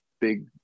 big